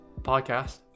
podcast